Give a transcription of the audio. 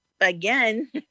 again